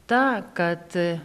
ta kad